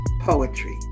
poetry